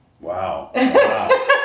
Wow